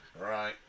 Right